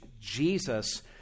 Jesus